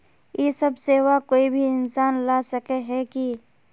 इ सब सेवा कोई भी इंसान ला सके है की?